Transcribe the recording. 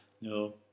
No